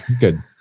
Good